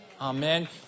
Amen